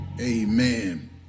Amen